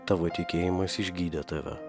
tavo tikėjimas išgydė tave